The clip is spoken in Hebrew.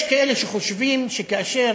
ויש כאלה שחושבים שכאשר